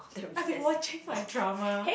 I've been watching my drama